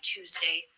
Tuesday